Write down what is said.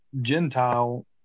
gentile